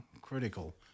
critical